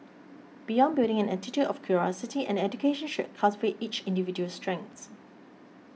beyond building an attitude of curiosity an education should cultivate each individual's strengths